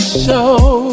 show